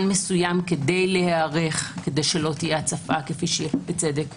מסוים כדי להיערך כדי שלא תהיה הצפה כפי שבצדק